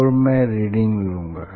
और अब मैं रीडिंग लूंगा